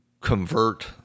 convert